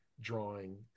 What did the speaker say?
drawing